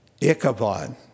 Ichabod